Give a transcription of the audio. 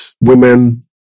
women